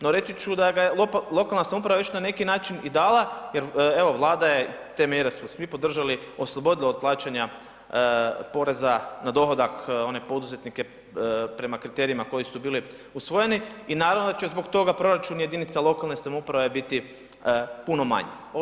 No reći ću da ga je lokalna samouprava već na neki način i dala jer evo Vlada je te mjere smo svi podržali, oslobodila od plaćanja poreza na dohodak one poduzetnike prema kriterijima koji su bili usvojeni i naravno da će proračun jedinica lokalne samouprave biti puno manji.